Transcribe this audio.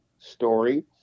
Story